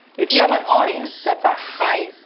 if you have an audience that's a high,